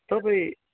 तपाईँ